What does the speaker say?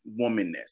womanness